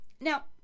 Now